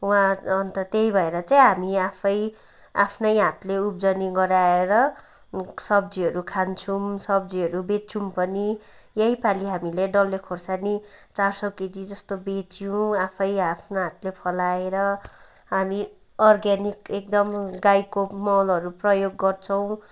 उहाँ अन्त त्यही भएर चाहिँ हामी आफै आफ्नै हातले उब्जनी गराएर सब्जीहरू खान्छौँ सब्जीहरू बेच्छौँ पनि यहीपालि हामीले डल्ले खोर्सानी चार सय केजीजस्तो बेच्यौँ आफै आफ्नो हातले फलाएर हामी अर्ग्यानिक एकदम गाईको मलहरू प्रयोग गर्छौँ